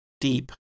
deep